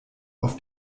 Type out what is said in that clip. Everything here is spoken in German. auf